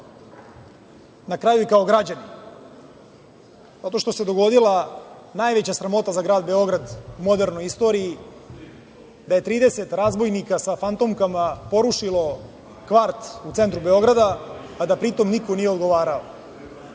na kraju i kao građani. Zato što se dogodila najveća sramota za Grad Beograd u modernoj istoriji da je 30. razbojnika sa fantomkama porušilo kvart u centru Beograda, a da pri tom niko nije odgovarao.